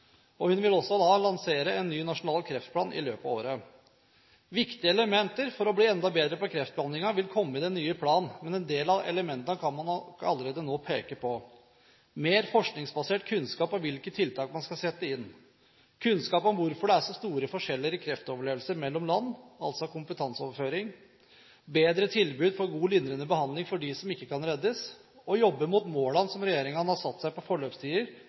helsetjenesten. Hun vil også lansere en ny nasjonal kreftplan i løpet av året. Viktige elementer for å bli enda bedre på kreftbehandling vil komme i den nye planen, men en del av elementene kan man nok allerede nå peke på: Mer forskningsbasert kunnskap om hvilke tiltak man skal sette inn, kunnskap om hvorfor det er så stor forskjell i kreftoverlevelse mellom land, altså kompetanseoverføring, bedre tilbud for god og lindrende behandling for dem som ikke kan reddes, og å jobbe mot målene som regjeringen har satt seg for forløpstider,